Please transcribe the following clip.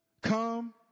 Come